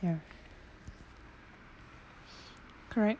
ya correct